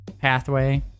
pathway